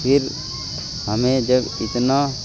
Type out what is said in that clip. پھر ہمیں جب اتنا